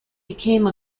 became